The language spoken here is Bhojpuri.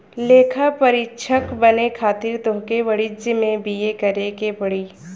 लेखापरीक्षक बने खातिर तोहके वाणिज्यि में बी.ए करेके पड़ी